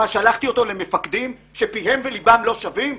שלחתי אותו לידי מפקדים שפיהם וליבם לא שווים?